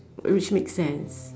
which make sense